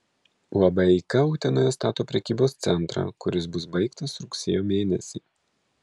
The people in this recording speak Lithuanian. uab eika utenoje stato prekybos centrą kuris bus baigtas rugsėjo mėnesį